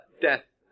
death